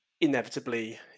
inevitably